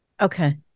Okay